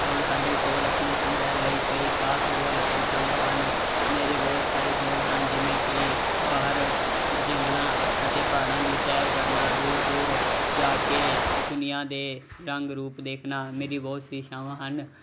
ਹਾਂ ਸਾਡੇ ਕੋਲ ਆਪਣੇ ਸੰਗ੍ਰਹਿ ਲਈ ਕਈ ਖਾਸ ਗੋਲ ਅਤੇ ਛਾਵਾਂ ਹਨ ਮੇਰੇ ਬਹੁਤ ਸਾਰੇ ਗੋਲ ਹਨ ਜਿਵੇਂ ਕਿ ਬਾਹਰ ਜੰਗਲਾਂ ਅਤੇ ਪਹਾੜਾਂ ਦੀ ਸੈਰ ਕਰਨਾ ਦੂਰ ਦੂਰ ਜਾ ਕੇ ਦੁਨੀਆਂ ਦੇ ਰੰਗ ਰੂਪ ਦੇਖਣਾ ਮੇਰੀ ਬਹੁਤ ਸੀ ਇਛਾਵਾਂ ਹਨ